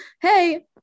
hey